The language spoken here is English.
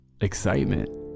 excitement